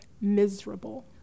miserable